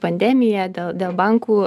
pandemiją dėl dėl bankų